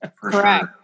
Correct